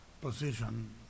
position